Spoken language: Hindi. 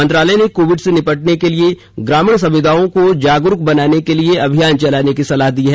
मंत्रालय ने कोविड से निपटने के लिए ग्रामीण समुदायों को जागरूक बनाने के लिए अभियान चलाने की सलाह दी है